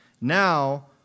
Now